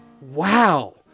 Wow